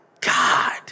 God